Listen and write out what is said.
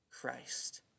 Christ